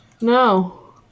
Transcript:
No